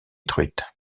truites